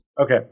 Okay